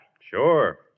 Sure